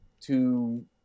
to-